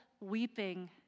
weeping